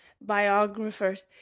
biographers